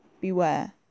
Beware